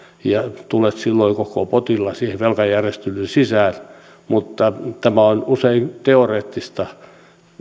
ja tulet silloin koko potilla siihen velkajärjestelyyn sisään mutta tämä on usein teoreettista